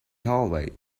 hallway